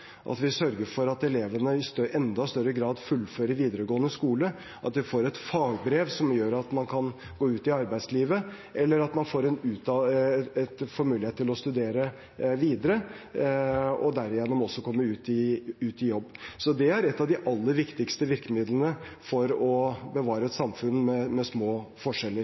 at vi sørger for at elevene i enda større grad fullfører videregående skole, at de får et fagbrev som gjør at man kan gå ut i arbeidslivet, eller at man får mulighet til å studere videre og derigjennom også komme ut i jobb. Så det er et av de aller viktigste virkemidlene for å bevare et samfunn med små forskjeller,